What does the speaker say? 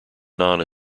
non